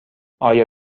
آیا